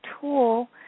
tool